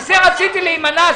מזה רציתי להימנע.